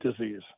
disease